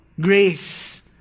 grace